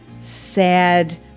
sad